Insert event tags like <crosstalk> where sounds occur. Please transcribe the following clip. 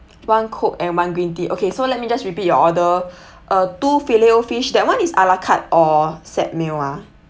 one coke and one green tea okay so let me just repeat your order <breath> uh two filet-o-fish that one is a la carte or set meal ah